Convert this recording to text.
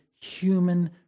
human